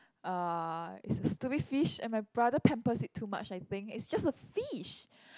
uh it's a stupid fish and my brother pampers it too much I think it's just a fish